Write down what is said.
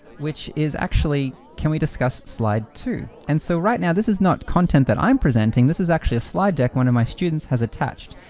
which is actually can we discuss slide two? and so right now, this is not content that i'm presenting. this is actually a slide deck one of my students has attached.